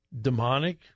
demonic